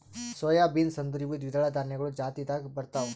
soy beans ಅಂದುರ್ ಇವು ದ್ವಿದಳ ಧಾನ್ಯಗೊಳ್ ಜಾತಿದಾಗ್ ಬರ್ತಾವ್